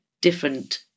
different